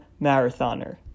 marathoner